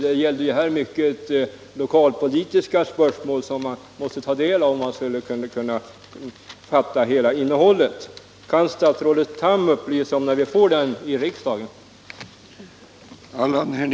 Den gällde ju till mycket stor del lokalpolitiska spörsmål, som man först måste ta del av för att kunna fatta hela innehållet. Kan statsrådet Tham upplysa om när vi får den propositionen i riksdagen?